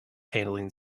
handling